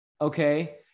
Okay